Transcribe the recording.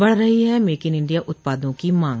बढ़ रही है मेक इन इंडिया उत्पादों की मांग